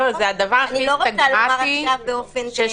אני לא רוצה לומר עכשיו באופן --- על אלכוהול.